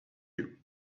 you